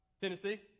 Tennessee